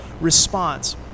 response